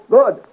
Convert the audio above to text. Good